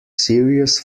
serious